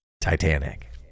Titanic